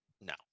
No